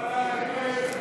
יש עתיד להביע